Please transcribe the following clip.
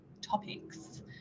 topics